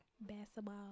Basketball